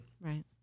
Right